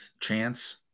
chance